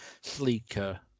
sleeker